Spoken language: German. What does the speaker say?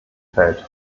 fällt